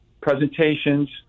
presentations